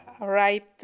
arrived